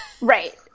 Right